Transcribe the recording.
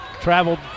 traveled